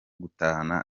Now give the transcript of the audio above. gutahana